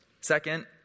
Second